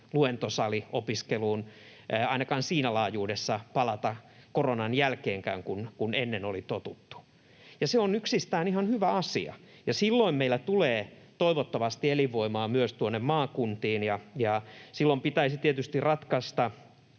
luentosaliopiskeluun, ainakaan siinä laajuudessa kuin ennen oli totuttu, ja se on yksistään ihan hyvä asia. Silloin meillä tulee toivottavasti elinvoimaa myös maakuntiin, ja silloin pitäisi tietysti ratkaista